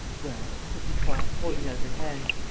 well? said victoire, holding out her hand.